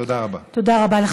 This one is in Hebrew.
תודה רבה.